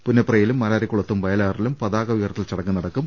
പുന്നപ്രയിലും മാരാ രിക്കുളത്തും വയലാറിലും പതാക ഉയർത്തൽ ചടങ്ങ് നടക്കും